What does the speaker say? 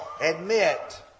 admit